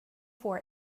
for